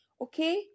okay